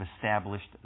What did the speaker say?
established